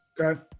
okay